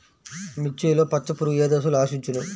మిర్చిలో పచ్చ పురుగు ఏ దశలో ఆశించును?